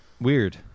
Weird